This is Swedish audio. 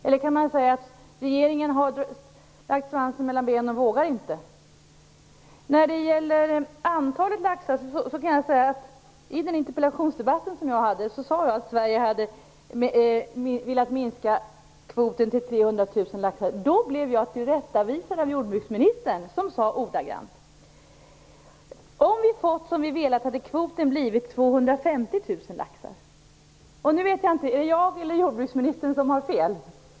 Eller kan man säga att regeringen har lagt svansen mellan benen och inte vågar? När det gäller antalet laxar kan jag tala om att jag i den interpellationsdebatt som jag deltog i sade att Sverige hade velat minska kvoten till 300 000 laxar. Då blev jag tillrättavisad av jordbruksministern, som sade ordagrant: "Om vi fått som vi velat hade kvoten blivit 250 000 laxar." Är det jag eller jordbruksministern som har fel?